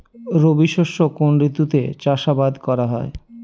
রবি শস্য কোন ঋতুতে চাষাবাদ করা হয়?